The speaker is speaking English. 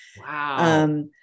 Wow